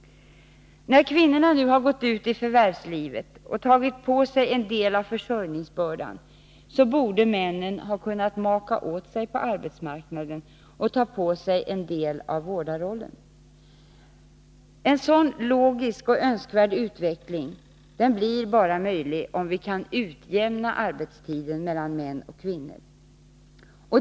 När kvinnorna nu gått ut i förvärvslivet och tagit på sig en del av försörjningsbördan, så borde männen ha kunnat maka åt sig på arbetsmarknaden och tagit på sig en del av vårdarrollen. En sådan logisk och önskvärd utveckling blir möjlig bara om vi kan utjämna arbetstiden mellan män och kvinnor.